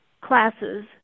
classes